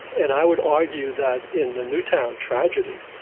and i would argue that in the newtown tragedy,